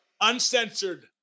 Uncensored